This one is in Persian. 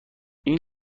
این